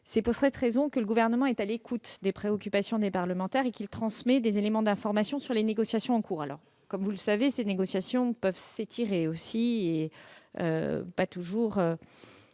C'est pour cette raison que le Gouvernement est à l'écoute des préoccupations des parlementaires et qu'il leur transmet des éléments d'information sur les négociations en cours. Comme vous le savez, ces négociations peuvent s'étirer et ne sont pas toujours